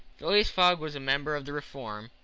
phileas fogg was a member of the reform,